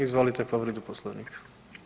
Izvolite povredu Poslovnika.